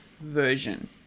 version